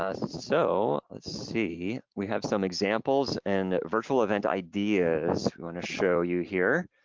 ah so let's see, we have some examples and virtual event ideas we wanna show you here.